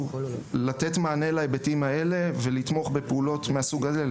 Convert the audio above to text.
לתת מענה להיבטים האלה ולתמוך בפעולות מהסוג הזה,